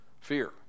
Fear